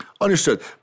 Understood